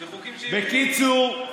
בחוקים, בקיצור,